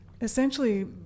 Essentially